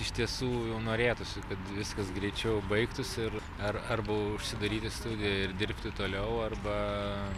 iš tiesų jau norėtųsi kad viskas greičiau baigtųsi ir ar arba užsidaryti studijoj ir dirbti toliau arba